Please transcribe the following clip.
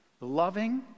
loving